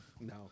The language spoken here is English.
No